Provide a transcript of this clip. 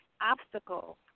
obstacle